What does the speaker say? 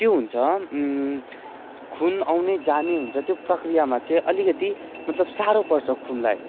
त्यो हुन्छ खुन आउने जाने हुन्छ त्यो प्रक्रियामा चाहिँ अलिकति मतलब साह्रो पर्छ खुनलाई